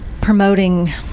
promoting